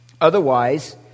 Otherwise